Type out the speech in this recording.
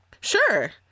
Sure